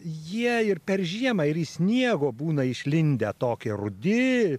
jie ir per žiemą ir iš sniego būna išlindę tokie rudi